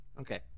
Okay